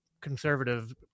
conservative